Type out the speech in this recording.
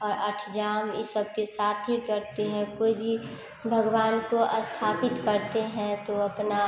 और अष्टयाम यह सबके साथ ही करते हैं कोई भी भगवान को अस्थापित करते हैं तो अपना